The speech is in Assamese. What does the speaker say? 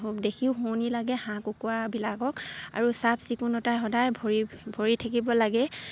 দেখিও শুৱনি লাগে হাঁহ কুকুৰাবিলাকক আৰু চাফ চিকুণতাই সদায় ভৰি ভৰি থাকিব লাগে